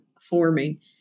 forming